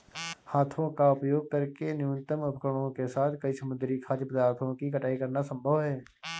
हाथों का उपयोग करके न्यूनतम उपकरणों के साथ कई समुद्री खाद्य पदार्थों की कटाई करना संभव है